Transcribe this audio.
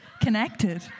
connected